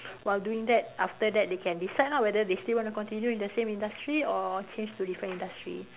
while doing that after that they can decide ah whether they still want to continue in the same industry or change to different industry